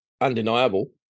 undeniable